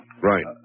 Right